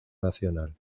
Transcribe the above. nacional